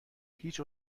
هیچ